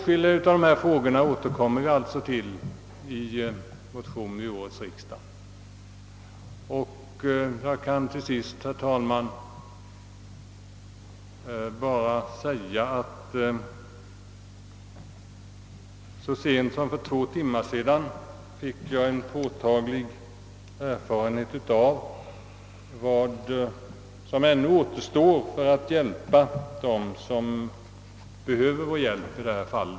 Vi återkommer alltså till åtskilliga av dessa frågor i motioner till årets riksdag, och, herr talman, så sent som för två timmar sedan fick jag en påtaglig påminnelse om vad som ännu återstår då det gäller att stödja dem som i detta fall behöver vår hjälp.